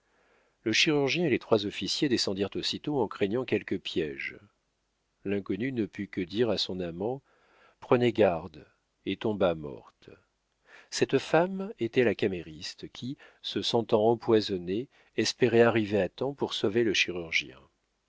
le chirurgien et les trois officiers descendirent aussitôt en craignant quelque piége l'inconnue ne put que dire à son amant prenez garde et tomba morte cette femme était la camériste qui se sentant empoisonnée espérait arriver à temps pour sauver le chirurgien